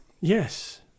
Yes